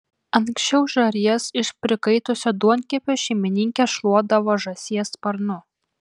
anksčiau žarijas iš prikaitusio duonkepio šeimininkės šluodavo žąsies sparnu